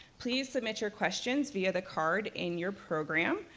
please submit your questions via the card in your program,